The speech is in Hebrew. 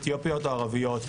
אתיופיות או ערביות,